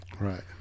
Right